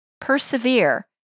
Persevere